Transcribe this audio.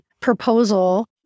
proposal